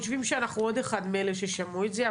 חושבים שאנחנו עוד אחד מאלה ששמעו את זה,